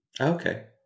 Okay